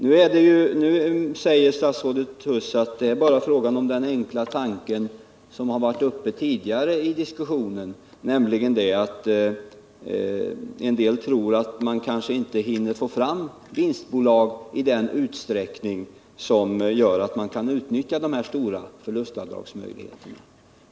Nu säger statsrådet Huss att det endast är fråga om den enkla tanke som förts fram tidigare i diskussionen, nämligen att man kanske inte hinner få fram vinstbolag i den utsträckning som gör det möjligt att utnyttja de stora förlustavdragsmöjligheterna.